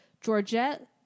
Georgette